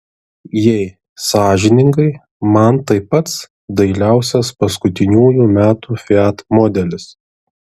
jei sąžiningai man tai pats dailiausias paskutiniųjų metų fiat modelis